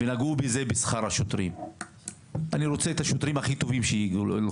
אני רוצה את השוטרים הכי טובים במשטרה.